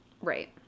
Right